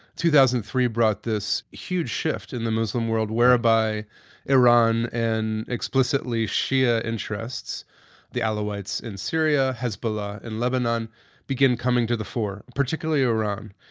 two thousand and three brought this huge shift in the muslim world, whereby iran and explicitly shia interests the alawites in syria, hezbollah in lebanon begin coming to the fore, particularly iran.